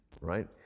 right